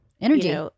Energy